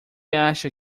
acha